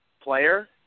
player